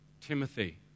Timothy